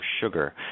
sugar